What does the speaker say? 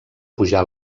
pujar